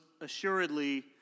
assuredly